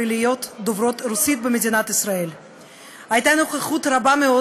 שאם כבר מדינה אחת אז לא מדינת אפרטהייד כמו שממ"ז אומר,